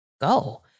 go